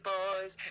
Boys